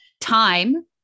Time